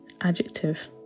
Adjective